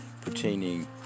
pertaining